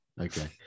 okay